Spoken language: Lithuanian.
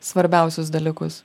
svarbiausius dalykus